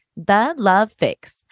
thelovefix